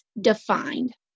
defined